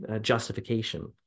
justification